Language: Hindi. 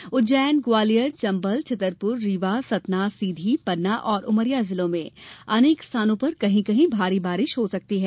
इस बीच उज्जैन ग्वालियर चम्बल छतरपुर रीवा सतना सीधी पन्ना और उमरिया जिलों में अनेक स्थानों पर कहीं कहीं भारी बारिश हो सकती है